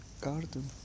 garden